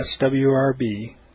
swrb